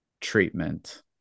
treatment